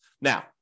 Now